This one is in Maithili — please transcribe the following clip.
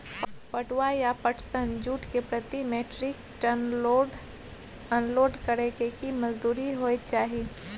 पटुआ या पटसन, जूट के प्रति metric ton load unload करै के की मजदूरी होय चाही?